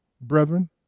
brethren